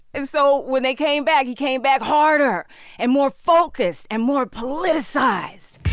and so when they came back, he came back harder and more focused and more politicized